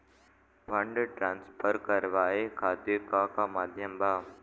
Fund transfer करवाये खातीर का का माध्यम बा?